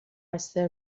مقصر